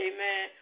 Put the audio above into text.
Amen